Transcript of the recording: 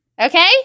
Okay